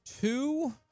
two